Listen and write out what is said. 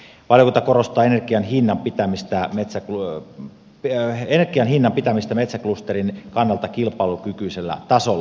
valiokunta korostaa energian hinnan pitämistää metsä luettu bioenergian hinnan pitämistä metsäklusterin kannalta kilpailukykyisellä tasolla